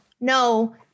no